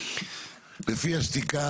לפי השתיקה.